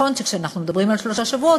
נכון שכשאנחנו מדברים על שלושה שבועות,